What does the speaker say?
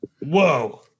Whoa